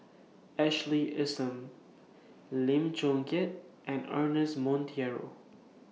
Ashley Isham Lim Chong Keat and Ernest Monteiro